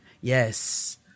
Yes